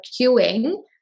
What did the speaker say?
queuing